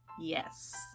Yes